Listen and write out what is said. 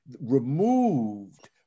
removed